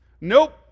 Nope